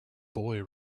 boy